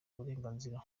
uburenganzira